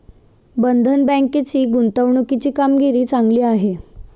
बंधन बँकेची गुंतवणुकीची कामगिरी चांगली आहे